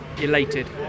elated